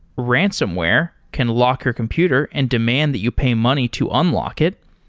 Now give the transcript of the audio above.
ransomware can lock your computer and demand that you pay money to unlock it.